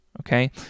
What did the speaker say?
okay